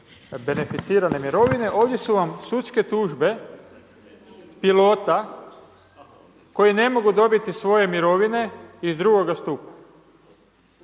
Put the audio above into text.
beneficirane mirovine, ovdje su vam sudske tužbe pilota koji ne mogu dobiti svoje mirovine iz drugoga stupa.